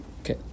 okay